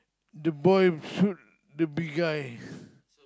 the boy suit the big eye